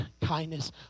kindness